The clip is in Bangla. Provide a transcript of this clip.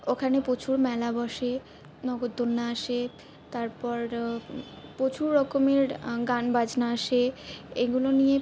ওখানে প্রচুর মেলা বসে নাগরদোলনা আসে তারপর প্রচুর রকমের গান বাজনা আসে এগুলো নিয়ে